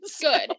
Good